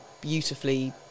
beautifully